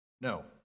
No